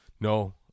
No